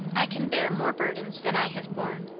i can bear more burdens than i have borne.